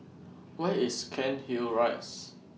Where IS Cairnhill Rise